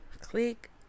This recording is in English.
click